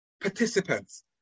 participants